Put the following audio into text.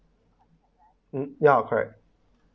um ya correct